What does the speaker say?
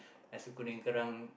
nasi-goreng-kerang